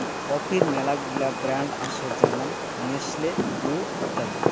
কফির মেলাগিলা ব্র্যান্ড আসে যেমন নেসলে, ব্রু ইত্যাদি